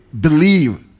believe